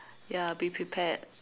ya be prepared